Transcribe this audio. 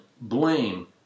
blame